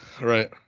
Right